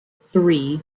three